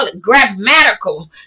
grammatical